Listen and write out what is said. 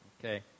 okay